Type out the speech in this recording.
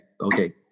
Okay